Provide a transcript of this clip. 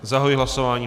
Zahajuji hlasování.